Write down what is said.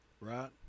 Right